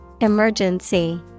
Emergency